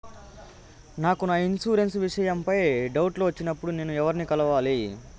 నాకు నా ఇన్సూరెన్సు విషయం పై డౌట్లు వచ్చినప్పుడు నేను ఎవర్ని కలవాలి?